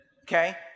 okay